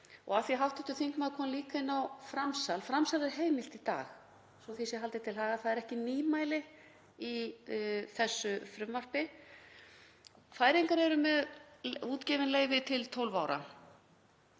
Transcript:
Og af því að hv. þingmaður kom líka inn á framsal þá er framsal heimilt í dag, svo því sé haldið til haga. Það er ekki nýmæli í þessu frumvarpi. Færeyingar eru með útgefin leyfi til 12 ára